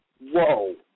whoa